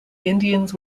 indians